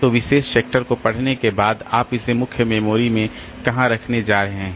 तो विशेष सेक्टर को पढ़ने के बाद आप इसे मुख्य मेमोरी में कहां रखने जा रहे हैं